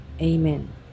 Amen